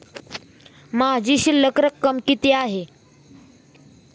माझी शिल्लक रक्कम किती आहे?